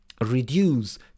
reduce